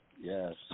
yes